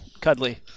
cuddly